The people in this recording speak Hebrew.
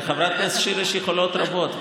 לחברת הכנסת שיר יש יכולות רבות.